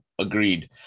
Agreed